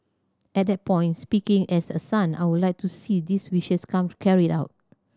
at that point speaking as a son I would like to see these wishes comes carried out